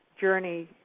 journey